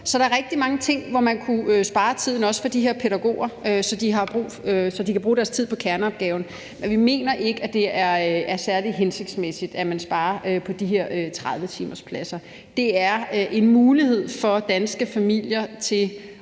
Så der er også rigtig mange ting, hvor man kunne spare tiden for de her pædagoger, så de kan bruge deres tid på kerneopgaven. Men vi mener ikke, at det er særlig hensigtsmæssigt, at man sparer på de her 30-timerspladser. For det er en mulighed for danske familier for